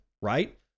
right